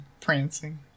Prancing